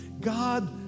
God